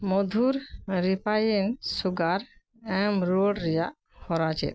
Madhur refined sugar ᱮᱢ ᱨᱩᱣᱟᱹᱲ ᱨᱮᱱᱟᱜ ᱦᱚᱨᱟ ᱪᱮᱫ